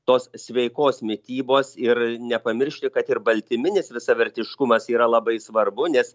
tos sveikos mitybos ir nepamiršti kad ir baltyminis visavertiškumas yra labai svarbu nes